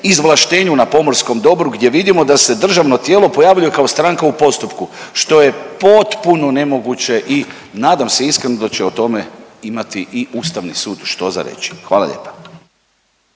izvlaštenju na pomorskom dobru gdje vidimo da se državno tijelo pojavljuje kao stranka u postupku, što je potpuno nemoguće i nadam se iskreno da će o tome imati i Ustavni sud što za reći, hvala lijepa.